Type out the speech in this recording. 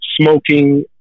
smoking